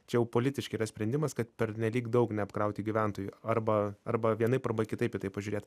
čia jau politiški yra sprendimas kad pernelyg daug neapkrauti gyventojų arba arba vienaip arba kitaip į tai pažiūrėt